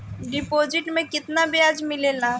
Deposit मे केतना बयाज मिलेला?